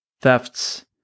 thefts